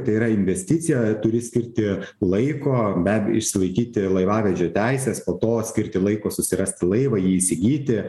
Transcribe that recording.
tai yra investicija turi skirti laiko bebejo išsilaikyti laivavedžio teises po to skirti laiko susirasti laivą jį įsigyti